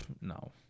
No